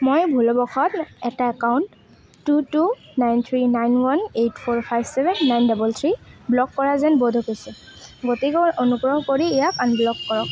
মই ভুলবশতঃ এটা account two two nine three nine one eight four five seven nine double three block কৰা যেন বোধ হৈছে গতিকে অনুগ্ৰহ কৰি ইয়াক আনব্লক কৰক